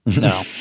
No